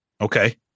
Okay